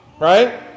right